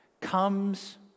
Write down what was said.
comes